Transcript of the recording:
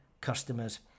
customers